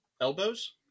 Elbows